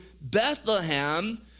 bethlehem